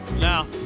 Now